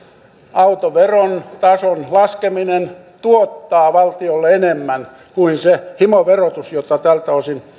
autoveron tason laskeminen tuottaa valtiolle enemmän kuin se himoverotus jota tältä osin